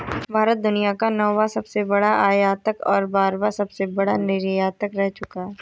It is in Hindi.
भारत दुनिया का नौवां सबसे बड़ा आयातक और बारहवां सबसे बड़ा निर्यातक रह चूका है